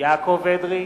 יעקב אדרי,